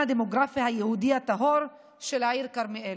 הדמוגרפי היהודי הטהור של העיר כרמיאל.